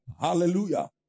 Hallelujah